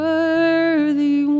Worthy